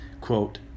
quote